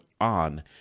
on